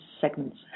segments